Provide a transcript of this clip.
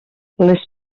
les